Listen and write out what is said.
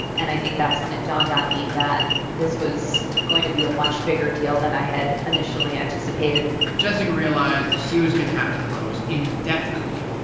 and i think that's when it dawned on me that this was going to be a much bigger deal than i had initially anticipated jessica realized that she was going to have to close indefinitely.